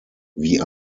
wie